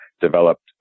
developed